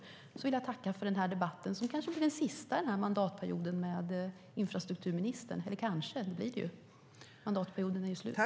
Jag vill tacka för den här debatten, som blir den sista med infrastrukturministern den här mandatperioden. Mandatperioden är ju slut.